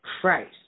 Christ